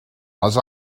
les